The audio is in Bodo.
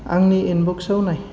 आंनि इनबक्साव नाय